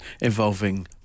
involving